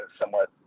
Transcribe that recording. somewhat